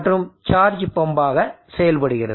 மற்றும் சார்ஜ் பம்பாக செயல்படுகிறது